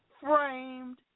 framed